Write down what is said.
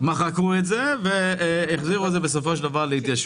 מחקו את זה והחזירו להתיישבות.